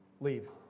Leave